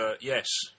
yes